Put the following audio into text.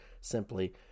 simply